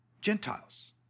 Gentiles